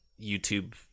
YouTube